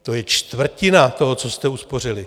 To je čtvrtina toho, co jste uspořili.